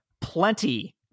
plenty